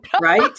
Right